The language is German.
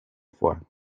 vor